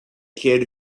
kid